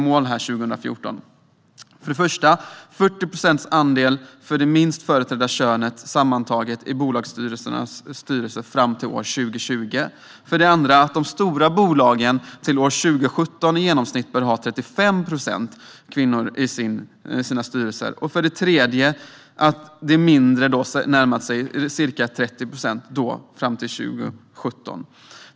För det första en andel på sammantaget 40 procent för det minst företrädda könet i bolagsstyrelserna år 2020, för det andra att de stora bolagen år 2017 bör ha i genomsnitt 35 procent kvinnor i sina styrelser och för det tredje att de mindre företagen fram till 2017 närmar sig 30 procent.